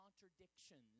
contradictions